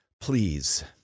please